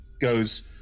goes